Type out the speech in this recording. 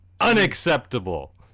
unacceptable